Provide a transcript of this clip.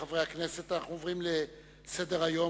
מאת חברי הכנסת דב חנין ואופיר פינס-פז וקבוצת חברי הכנסת,